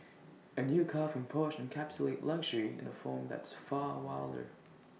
A new car from Porsche encapsulates luxury in A form that's far wilder